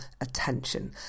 attention